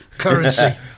currency